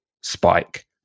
spike